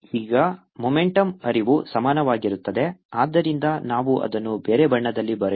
momentumarea×time ಈಗ ಮೊಮೆಂಟುಮ್ ಹರಿವು ಸಮಾನವಾಗಿರುತ್ತದೆ ಆದ್ದರಿಂದ ನಾವು ಅದನ್ನು ಬೇರೆ ಬಣ್ಣದಲ್ಲಿ ಬರೆಯೋಣ